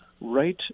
right